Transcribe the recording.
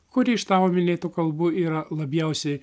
kuri iš tavo minėtų kalbų yra labiausiai